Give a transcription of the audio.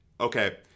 Okay